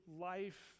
life